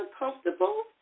uncomfortable